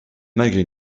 malgré